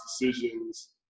decisions